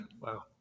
wow